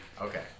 Okay